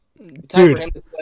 Dude